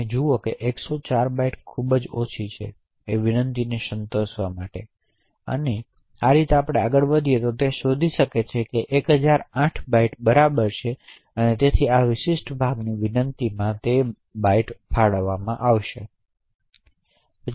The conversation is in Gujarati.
તે જોશે કે 104 બાઇટ્સ ખૂબ જ ઓછી છે વિનંતીને સંતોષવા માટે તે અહીં આવી શકે છે અને તે શોધી શકે છે કે 1008 બાઇટ્સ બરાબર છે અને તેથી આ વિશિષ્ટ ભાગ તે વિનંતીને ફાળવવામાં આવશે